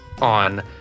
on